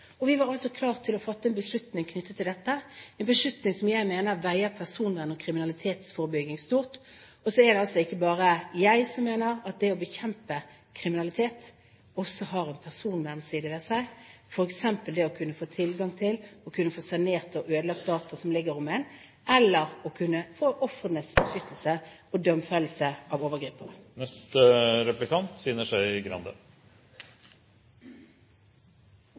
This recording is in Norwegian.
og vi var altså klare til å fatte en beslutning knyttet til dette, en beslutning som jeg mener legger stor vekt på personvernet og kriminalitetsforebygging. Så er det altså ikke bare jeg som mener at det å bekjempe kriminalitet også har en personvernside ved seg, f.eks. det å kunne få tilgang til, å kunne få sanert og ødelagt data som ligger om en, eller å kunne gi ofrene beskyttelse og domfellelse av